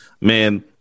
man